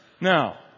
Now